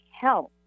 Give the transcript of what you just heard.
health